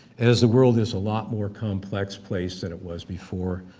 as the world is a lot more complex place than it was before,